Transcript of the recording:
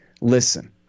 listen